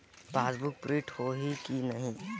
Passbook print होही कि नहीं?